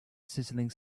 sizzling